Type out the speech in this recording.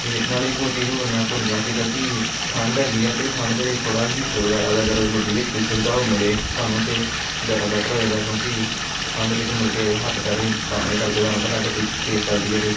ਅਤੇ ਨਾਲੇ ਇੱਕ ਉਹ ਚੀਜ਼ ਹੋਰ ਮੈਂ ਭੁੱਲ ਗਿਆ ਸੀਗਾ ਕਿ ਠੰਡ ਹੈਗੀ ਆ ਅਤੇ ਠੰਡ ਦੇ ਵਿੱਚ ਥੋੜ੍ਹਾ ਹੀਟਰ ਵਗੈਰਾ ਦਿਆ ਕਰੋ ਗੱਡੀ ਵਿੱਚ ਕੋਈ ਸੁਵਿਧਾ ਉਹ ਮਿਲੇ ਸਾਨੂੰ ਤਾਂ ਜ਼ਿਆਦਾ ਬੈਟਰ ਹੋਏਗਾ ਕਿਉਂਕਿ ਠੰਡ ਵਿੱਚ ਮੁੜ ਕੇ ਹੱਥ ਪੈਰ ਵੀ ਕੰਮ ਨਹੀਂ ਕਰਦੇ ਤੁਹਾਨੂੰ ਪਤਾ ਗੱਡੀ ਤੇਜ਼ ਚੱਲਦੀ ਹੈ ਅਤੇ